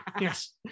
yes